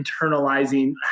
internalizing